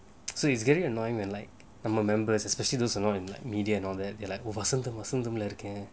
so it's getting annoying when like I'm a member especially those annoying in media and all that vasantham vasantham leh இருக்கேன்:irukkaen